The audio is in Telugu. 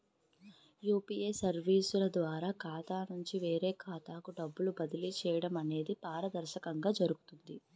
యూపీఏ సర్వీసుల ద్వారా ఖాతా నుంచి వేరే ఖాతాకు డబ్బులు బదిలీ చేయడం అనేది పారదర్శకంగా జరుగుతుంది